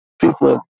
people